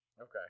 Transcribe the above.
Okay